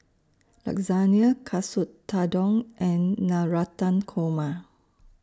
Lasagne Katsu Tendon and Navratan Korma